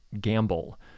gamble